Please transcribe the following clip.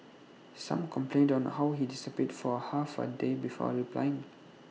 some complained on how he disappeared for half A day before replying